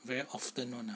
very often [one] ah